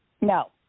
No